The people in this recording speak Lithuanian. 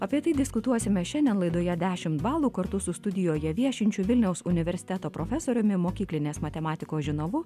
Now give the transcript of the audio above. apie tai diskutuosime šiandien laidoje dešim balų kartu su studijoje viešinčiu vilniaus universiteto profesoriumi mokyklinės matematikos žinovu